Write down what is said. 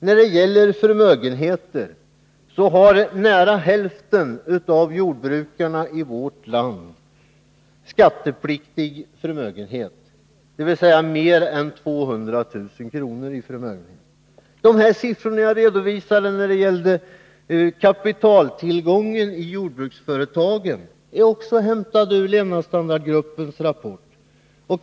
När det gäller förmögenheter har nämligen nära hälften av jordbrukarna i vårt land skattepliktig förmögenhet, dvs. mer än 200 000 kr. i förmögenhet. De siffror jag redovisade när det gäller kapitaltillgången i jordbruksföretagen är också hämtade ur levnadsstandardgruppens rapport.